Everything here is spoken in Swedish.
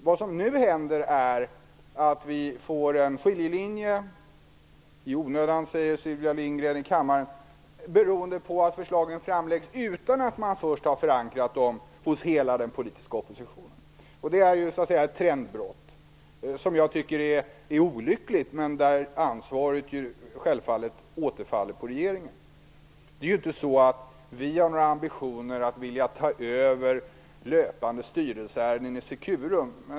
Vad som nu händer är att vi får en skiljelinje i kammaren - i onödan, säger Sylvia Lindgren - beroende på att förslagen framläggs utan att man först har förankrat dem hos hela den politiska oppositionen. Det är ett trendbrott, som jag tycker är olyckligt, men där ansvaret självfallet återfaller på regeringen. Det är inte så att vi har några ambitioner att ta över löpande styrelseärenden i Securum.